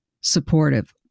supportive